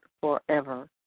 forever